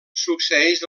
succeeix